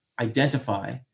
identify